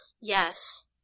Yes